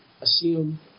assume